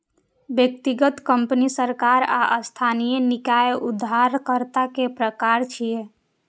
व्यक्तिगत, कंपनी, सरकार आ स्थानीय निकाय उधारकर्ता के प्रकार छियै